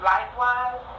Likewise